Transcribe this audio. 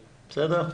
בסדר?